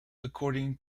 according